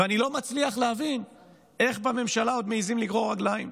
ואני לא מצליח להבין איך בממשלה עוד מעיזים לגרור רגליים.